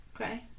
Okay